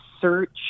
search